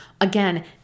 Again